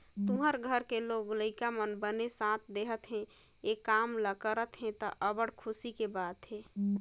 तुँहर घर के लोग लइका मन बने साथ देहत हे, ए काम ल करत हे त, अब्बड़ खुसी के बात हे